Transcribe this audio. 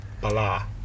Bala